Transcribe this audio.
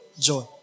joy